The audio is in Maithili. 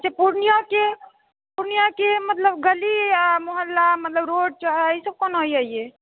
अच्छा पूर्णियाँके मतलब पूर्णियाँके गली अऽ मोहल्ला रोड चौराहा ईसब कोना यऽ